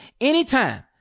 anytime